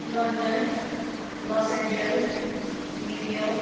London Los Angeles New York